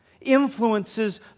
influences